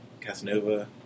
Casanova